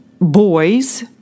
boys